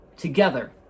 Together